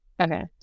Okay